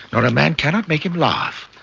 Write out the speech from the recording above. not a man cannot make him laugh.